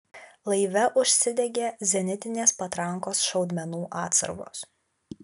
laive užsidegė zenitinės patrankos šaudmenų atsargos